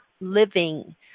living